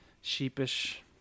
sheepish